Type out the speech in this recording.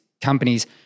companies